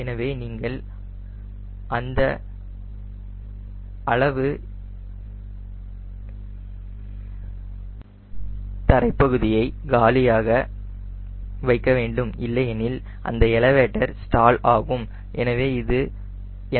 எனவே நீங்கள் அந்த அளவு தரைப்பகுதியை உங்களுக்கு காலியாக வைக்க வேண்டும் இல்லையெனில் அந்த எலவேட்டரே ஸ்டால் ஆகும்